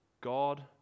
God